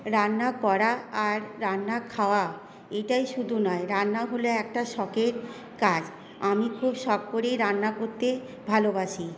রান্না করা আর রান্না খাওয়া এটাই শুধু নয় রান্না হল একটা শখের কাজ আমি খুব শখ করেই রান্না করতে ভালোবাসি